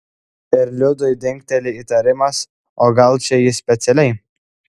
ir liudui dingteli įtarimas o gal čia jis specialiai